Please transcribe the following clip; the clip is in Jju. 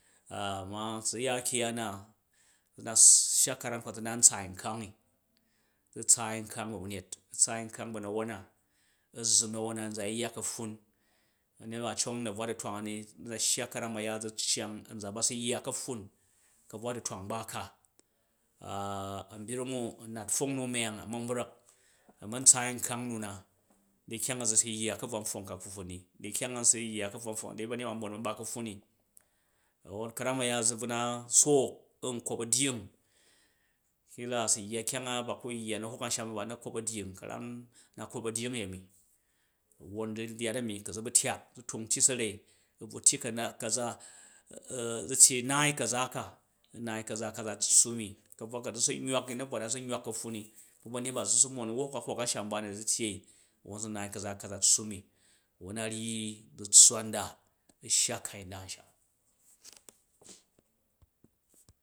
ma ku zu ya kyung ya na zu na shya ka̱ram ka zu nu na n tsaai nkkang ni, u̱ tsaai nkkang bu̱ banyat, u̱ tsaai nkkang bu na̱won na, u̱ zzum na̱won na nza yi yya ka̱pffun, ba̱nyet ba a̱ cong na̱bvna du̱twang ani zu na shya ka̱ram a̱ya u cyang nzan ba su yya ka̱pffun ka̱bvwa du̱twang nbaka anbyring u a̱ nat pfong nu myang a man brak a̱ ma̱n tsaai nkkang nuna, di kyang azu su yya ka̱bvwa npfong ka kapffun ni, di kyang a u̱su yya ka̱bvwa pfong, di ba̱ryet ba n mon ba̱n ba ka̱pffun ni, a̱won ka̱ram a̱ya zu bva na sook n kop a̱dying kila asa yya kyang a baku yya na̱ hok a̱nsham ni ba na kop a̱dying ka̱ram na kop a̱dying a̱yemi, a̱won zu ryat ami, ku zu bu̱ tyak u̱ tung tyi sarai u̱ bvu tyi ka̱nak ka̱za a zn tyi u naai ka̱za ka, u naai ka̱za ka za tssu mi ka̱bvwa ka zu su nywap u̱ na̱bvwa na zun nywap ka̱pffun ni bu̱ ba̱nyet bazu su mon u wa wu hwok a̱nsham nba ni zu tyi won zu naai ka̱za kaza tsuu mi a̱won a ryi zu tswa nda u̱ shya kai nda a̱nsham.